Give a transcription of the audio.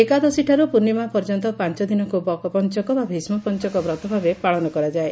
ଏକାଦଶୀଠାରୁ ପୂର୍ଶିମା ପର୍ଯ୍ୟନ୍ତ ପାଞ୍ ଦିନକୁ ବକ ପଞ୍ଚକ ବା ଭୀଷ୍ ପଞ୍ଚକ ବ୍ରତ ଭାବେ ପାଳନ କରାଯାଏ